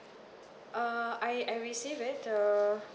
uh I I receive it uh